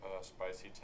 Spicy